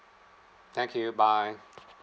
thank you bye